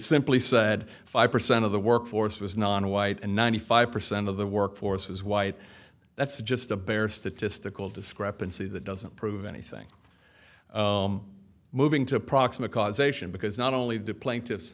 simply said five percent of the workforce was non white and ninety five percent of the workforce was white that's just a bare statistical discrepancy that doesn't prove anything moving to approximate causation because not only deplaned just